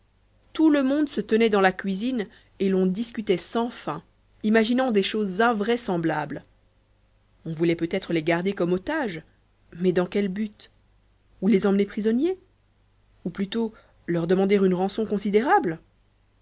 tout le monde se tenait dans la cuisine et l'on discutait sans fin imaginant des choses invraisemblables on voulait peut-être les garder comme otages mais dans quel but ou les emmener prisonniers ou plutôt leur demander une rançon considérable